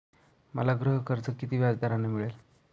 मला गृहकर्ज किती व्याजदराने मिळेल?